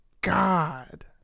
God